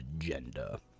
agenda